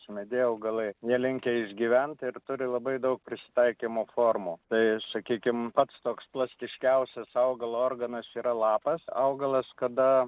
sumedėję augalai nelinkę išgyvent ir turi labai daug prisitaikymo formų tai sakykim pats toks plastiškiausias augalo organas yra lapas augalas kada